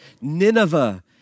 Nineveh